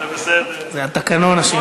זה התקנון אשם.